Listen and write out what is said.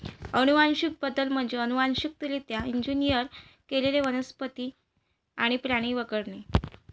अनुवांशिक बदल म्हणजे अनुवांशिकरित्या इंजिनियर केलेले वनस्पती आणि प्राणी वगळणे